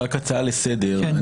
רק הצעה לסדר.